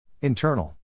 Internal